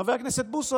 חבר הכנסת בוסו,